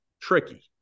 tricky